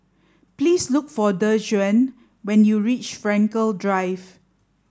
please look for Dejuan when you reach Frankel Drive